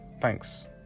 thanks